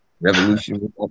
Revolution